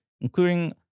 including